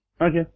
Okay